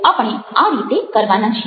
આપણે આ રીતે કરવાના છીએ